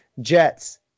jets